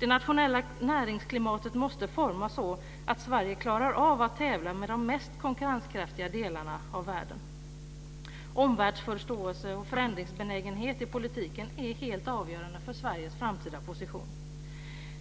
Det nationella näringsklimatet måste formas så att Sverige klarar att tävla med de mest konkurrenskraftiga delarna av världen. Omvärldsförståelse och förändringsbenägenhet i politiken är helt avgörande för Sveriges framtida position.